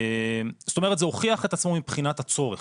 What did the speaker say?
זאת אומרת זה הוכיח את עצמו מבחינת הצורך.